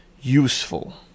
useful